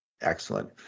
excellent